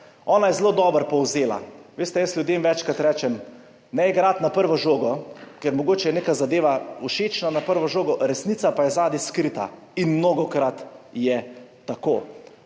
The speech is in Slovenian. Ona je zelo dobro povzela. Veste, jaz ljudem večkrat rečem, ne igrati na prvo žogo, ker mogoče je neka zadeva všečna na prvo žogo, resnica pa je skrita zadaj in mnogokrat je tako.